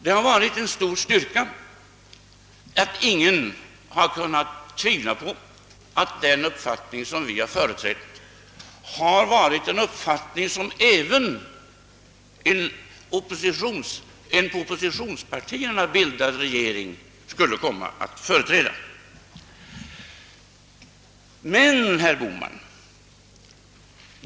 Det har varit en stor styrka att ingen har kunnat tvivla på att den uppfattning som vi har företrätt har varit en uppfattning som även en av oppositionspartierna bildad regering skulle komma att företräda.